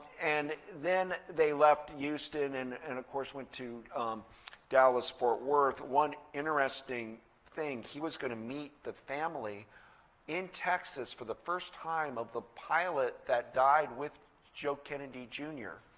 and then they left yeah houston and and of course went to dallas-fort worth. one interesting thing he was going to meet the family in texas for the first time of the pilot that died with joe kennedy jr.